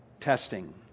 testing